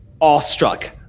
awestruck